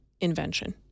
invention